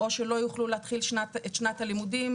או שלא יוכלו להתחיל את שנת הלימודים,